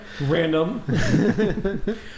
random